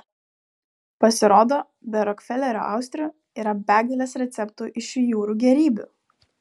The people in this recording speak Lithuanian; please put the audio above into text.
pasirodo be rokfelerio austrių yra begalės receptų iš šių jūrų gėrybių